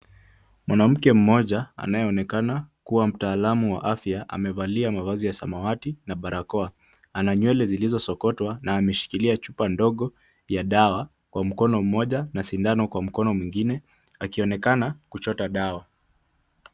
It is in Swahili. Mwanamke mmoja anayeonekana kuwa mtaalamu wa afya, amevalia mavazi ya samawati na barakoa. Ana nywele zilizosokotwa na ameshikilia chupa ndogo ya dawa kwa mkono mmoja na sindano kwa mkono mwingine akionekana kuchota dawa..